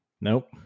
Nope